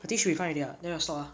I think should be fine 一点那种 store